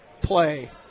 play